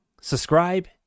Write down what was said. subscribe